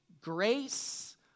grace